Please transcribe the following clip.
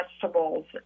vegetables